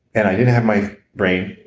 and i didn't have my brain.